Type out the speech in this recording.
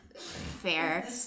fair